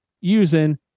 using